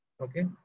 Okay